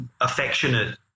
affectionate